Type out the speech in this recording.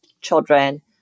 children